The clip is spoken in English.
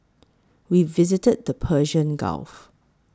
we visited the Persian Gulf